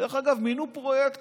דרך אגב מינו פרויקטור.